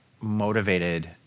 motivated